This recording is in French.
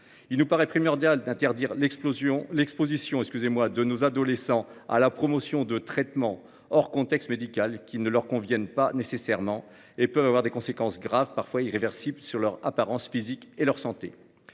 Il nous paraît primordial d'interdire l'exposition de nos adolescents à la promotion de traitements, hors contexte médical, qui ne leur conviennent pas nécessairement et peuvent avoir des conséquences graves, parfois irréversibles, sur leur apparence physique et leur santé.